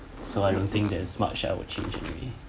so I don't think there is much I would change anyway